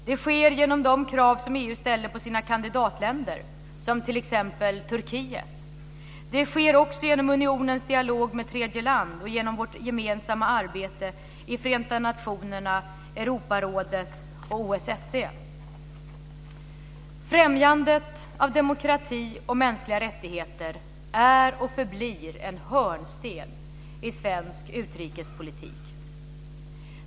Detta sker genom de krav som EU ställer på sina kandidatländer, som t.ex. Turkiet. Detta sker också genom unionens dialog med tredje land och genom vårt gemensamma arbete i Förenta nationerna, Europarådet och OSSE. Främjande av demokrati och mänskliga rättigheter är och förblir en hörnsten i svensk utrikespolitik.